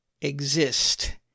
exist